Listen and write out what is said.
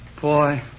Boy